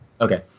okay